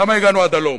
למה הגענו עד הלום?